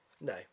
No